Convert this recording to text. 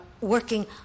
working